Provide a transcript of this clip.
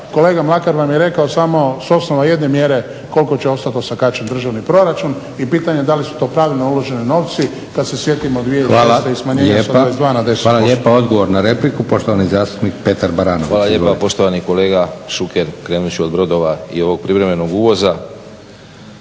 kolega Mlakar vam je rekao samo s osnova jedne mjere koliko će ostati osakaćen državni proračun i pitanje da li su to pravilno uloženi novci kada se sjetimo 2006.i smanjenja sa 22 na 10%. **Leko, Josip (SDP)** Hvala lijepa. Odgovor na repliku poštovani zastupnik Petar Baranović. **Baranović, Petar (HNS)** Hvala lijepo. Poštovani kolega Šuker, krenut ću od brodova i ovog privremenog uvoza.